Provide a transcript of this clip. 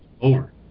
over